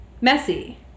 messy